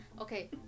Okay